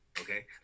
okay